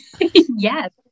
yes